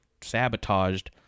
sabotaged